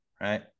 right